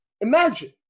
imagine